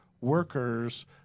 workers